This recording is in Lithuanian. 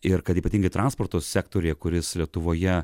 ir kad ypatingai transporto sektoriuje kuris lietuvoje